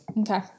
okay